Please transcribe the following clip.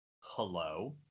Hello